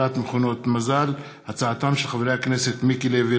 בעקבות דיון מהיר בהצעתם של חברי הכנסת מיקי לוי,